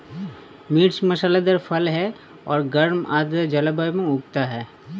मिर्च मसालेदार फल है और गर्म आर्द्र जलवायु में उगता है